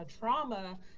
trauma